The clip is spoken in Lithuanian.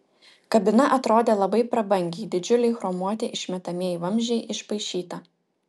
kabina atrodė labai prabangiai didžiuliai chromuoti išmetamieji vamzdžiai išpaišyta